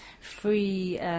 free